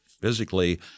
physically